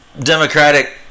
Democratic